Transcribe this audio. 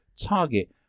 target